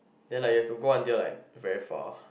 then like you have to go like very far